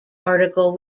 article